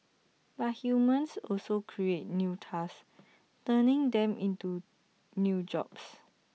but humans also create new tasks turning them into new jobs